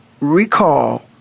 recall